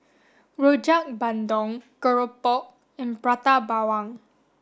Rojak Bandung Keropok and Prata Bawang